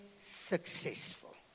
successful